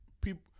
People